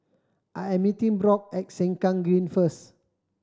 I am meeting Brock at Sengkang Green first